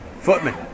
Footman